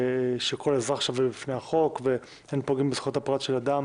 שכל אזרח שווה בפני החוק ואין פוגעים בזכויות הפרט של אדם